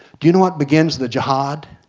do you know what begins the jihad?